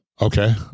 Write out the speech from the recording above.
Okay